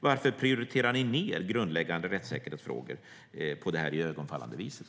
Varför prioriterar ni ned grundläggande rättssäkerhetsfrågor på det här iögonfallande viset?